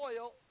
oil